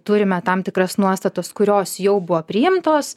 turime tam tikras nuostatas kurios jau buvo priimtos